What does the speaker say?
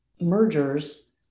mergers